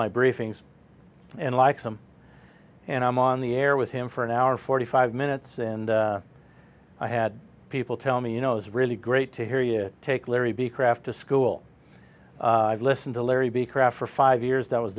briefings and like some and i'm on the air with him for an hour forty five minutes and i had people tell me you know it's really great to hear you take larry b craft to school listen to larry be crap for five years that was